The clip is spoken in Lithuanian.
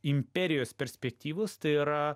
imperijos perspektyvos tai yra